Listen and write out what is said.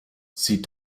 sie